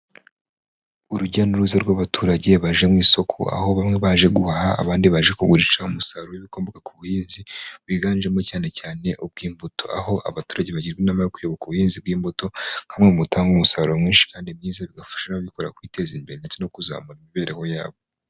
Urujya n'uruza rw'abaturage baje mu isoko aho bamwe baje guhaha abandi baje kugurisha umusaruro w'ibikomoka ku buhinzi bwiganjemo cyane cyane ubw'imbuto aho abaturage bagirwagira inama yo kwibuka ubuhinzi bw'imbuto nka bumwe mu butanga umusaruro mwinshi kandi mwiza bigafasha abikora kwiteza imbere ndetse no kuzamura imibereho yabo.